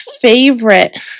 favorite